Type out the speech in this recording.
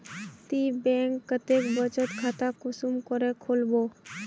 ती बैंक कतेक बचत खाता कुंसम करे खोलबो?